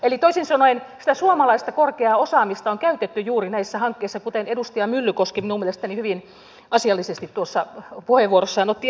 eli toisin sanoen sitä suomalaista korkeaa osaamista on käytetty juuri näissä hankkeissa kuten edustaja myllykoski minun mielestäni hyvin asiallisesti tuossa puheenvuorossaan otti esille